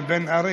היא בן ארי.